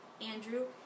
Andrew